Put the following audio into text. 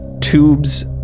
tubes